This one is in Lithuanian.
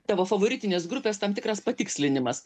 tavo favoritinės grupės tam tikras patikslinimas